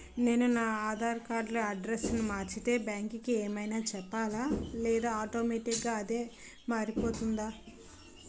నేను నా ఆధార్ కార్డ్ లో అడ్రెస్స్ మార్చితే బ్యాంక్ కి ఏమైనా చెప్పాలా లేదా ఆటోమేటిక్గా అదే మారిపోతుందా?